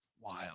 Wild